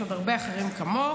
יש עוד הרבה אחרים כמוך,